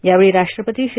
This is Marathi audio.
यावेळी राष्ट्रपती श्री